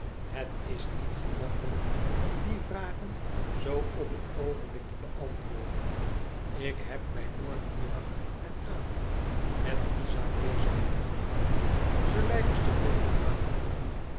het is niet gemakkelijk die vragen zoo op het oogenblik te beantwoorden ik heb mij morgen middag en avond met die zaak bezig gehouden